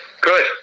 Good